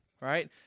right